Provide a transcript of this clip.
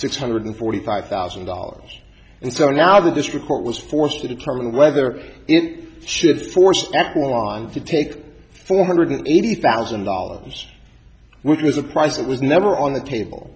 six hundred forty five thousand dollars and so now the district court was forced to determine whether it should force that on to take four hundred eighty thousand dollars which is a prize that was never on the table